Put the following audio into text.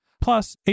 Plus